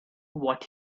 what